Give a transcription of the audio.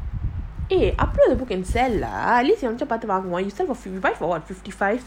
அப்போஎதுக்கு:apo edhuku the book and sell lah பார்த்துவாங்குவோம்:parthu vanguvom you buy for what fifty five